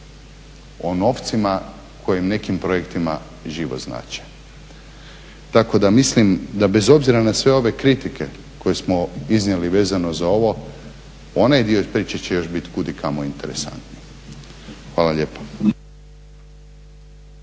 o novcima kojim nekim projektima život znače. Tako da mislim da bez obzira na sve ove kritike koje smo iznijeli vezano za ovo, onaj dio priče će još biti kudikamo interesantan. Hvala lijepa.